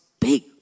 big